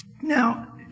Now